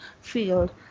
field